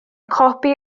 copi